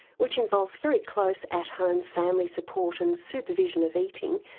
which involves very close, at-home, family support and supervision of eating,